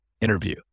interview